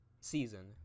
Season